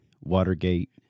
Watergate